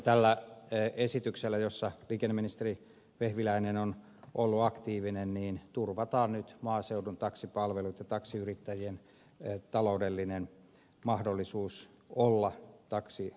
tällä esityksellä jossa liikenneministeri vehviläinen on ollut aktiivinen turvataan nyt maaseudun taksipalvelut ja taksiyrittäjien taloudellinen mahdollisuus olla taksiyrittäjinä